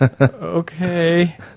Okay